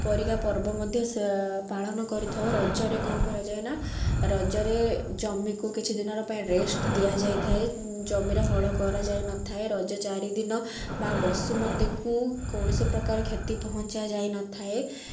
ପରିକା ପର୍ବ ମଧ୍ୟ ପାଳନ କରିଥାଉ ରଜରେ କ'ଣ କରାଯାଏ ନା ରଜରେ ଜମିକୁ କିଛି ଦିନର ପାଇଁ ରେଷ୍ଟ୍ ଦିଆଯାଇଥାଏ ଜମିର ହଳ କରାଯାଇ ନଥାଏ ରଜ ଚାରିଦିନ ମାଁ ବସୁମତୀକୁ କୌଣସି ପ୍ରକାର କ୍ଷତି ପହଞ୍ଚାଯାଇ ନଥାଏ